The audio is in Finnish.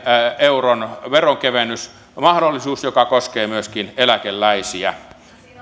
euron veronkevennysmahdollisuus joka koskee myöskin eläkeläisiä